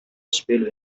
espelho